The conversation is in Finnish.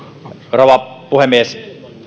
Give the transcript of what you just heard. rouva puhemies